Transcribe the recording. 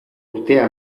urtea